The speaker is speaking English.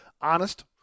Honest